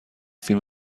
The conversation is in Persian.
فیلم